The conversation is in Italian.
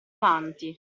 avanti